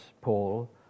Paul